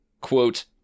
quote